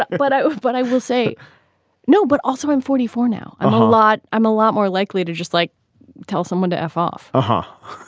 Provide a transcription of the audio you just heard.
but but i. but i will say no but also im forty four now. a lot. i'm a lot more likely to just like tell someone to f off haha.